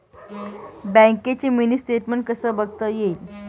बँकेचं mini statement कसं बघता येईल?